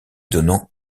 donnant